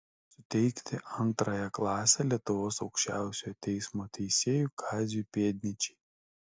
suteikti antrąją klasę lietuvos aukščiausiojo teismo teisėjui kaziui pėdnyčiai